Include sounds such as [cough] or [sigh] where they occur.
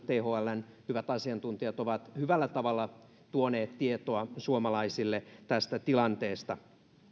[unintelligible] thln hyvät asiantuntijat ovat hyvällä tavalla tuoneet tietoa suomalaisille tästä tilanteesta